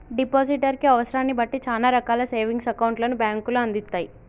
depositor కి అవసరాన్ని బట్టి చానా రకాల సేవింగ్స్ అకౌంట్లను బ్యేంకులు అందిత్తయ్